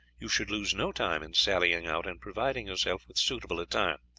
you should lose no time in sallying out and providing yourself with suitable attire.